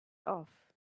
off